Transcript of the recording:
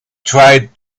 tried